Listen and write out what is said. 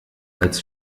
als